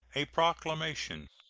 a proclamation.